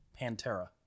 Pantera